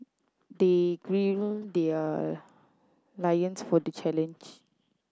they their for the challenge